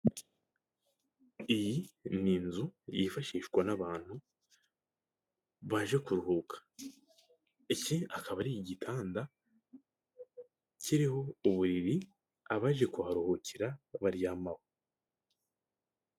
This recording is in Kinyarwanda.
Iyi ni inzu yifashishwa n'abantu baje kuruhuka. Iki akaba ari igitanda, kiriho uburiri abaje kuharuhukira baryamaho.